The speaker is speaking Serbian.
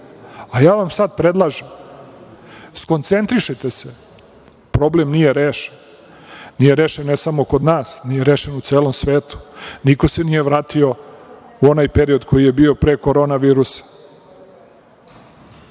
Ja vam sad predlažem, skoncentrišite se, problem nije rešen, nije rešen ne samo kod nas, nije rešen u celom svetu, niko se nije vratio u onaj period koji je bio pre Korona virusa. Vi